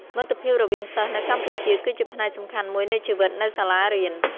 មិត្តភាពរវាងសិស្សនៅកម្ពុជាគឺជាផ្នែកសំខាន់មួយនៃជីវិតនៅសាលារៀន។